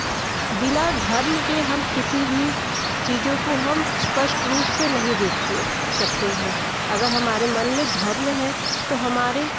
बिना धर्म के हम किसी भी चीज़ों को हम स्पष्ट रूप से नहीं देखते देख सकते हैं अगर हमारे मन में धर्म है तो हमारे